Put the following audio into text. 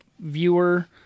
viewer